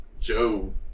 Joe